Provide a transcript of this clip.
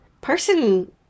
person